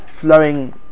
flowing